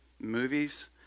movies